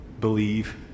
believe